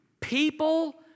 People